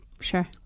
Sure